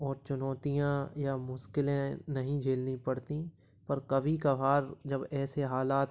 और चुनौतियाँ या मुश्किलें नहीं झेलनी पड़ती पर कभी कभार जब ऐसे हालात